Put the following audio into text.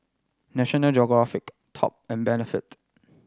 National Geographic Top and Benefit